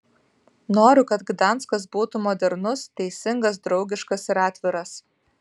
noriu kad gdanskas būtų modernus teisingas draugiškas ir atviras